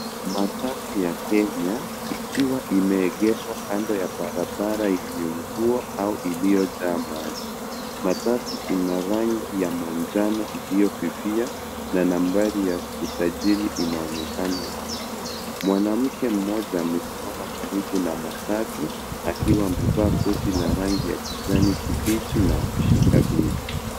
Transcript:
Matatu ya Kenya ikiwa imeegeshwa kando ya barabara yenye mvua au iliyojaa maji. Matatu ina rangi ya manjano iliyofifia, na nambari ya usajili inaonekana wazi. Mwanamke mmoja amesimama karibu na matatu, akiwa amevaa koti la rangi ya kijani kibichi na ameshika begi.